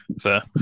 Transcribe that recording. Fair